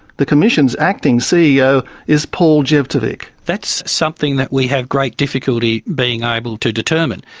the commission's acting ceo is paul jevtovic. that's something that we have great difficulty being able to determine.